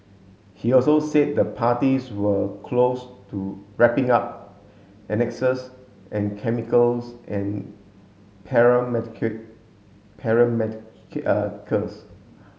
he also said the parties were close to wrapping up annexes and chemicals and